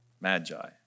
magi